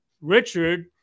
Richard